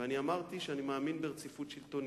ואני אמרתי שאני מאמין ברציפות שלטונית,